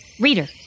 Reader